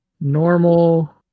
Normal